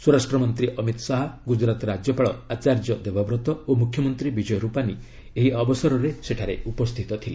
ସ୍ୱରାଷ୍ଟ୍ର ମନ୍ତ୍ରୀ ଅମିତ୍ ଶାହା ଗୁଜରାତ୍ ରାଜ୍ୟପାଳ ଆଚାର୍ଯ୍ୟ ଦେବବ୍ରତ ଓ ମୁଖ୍ୟମନ୍ତ୍ରୀ ବିଜୟ ରୂପାନି ଏହି ଅବସରରେ ସେଠାରେ ଉପସ୍ଥିତ ଥିଲେ